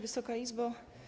Wysoka Izbo!